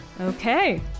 Okay